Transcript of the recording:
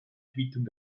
quittung